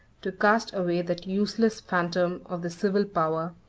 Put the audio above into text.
to cast away that useless phantom of the civil power,